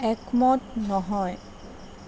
একমত নহয়